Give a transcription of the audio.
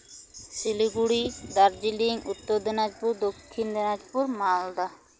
Siliguri Darjeeling Uttar Dinajpur Dakshin Dinajpur Malda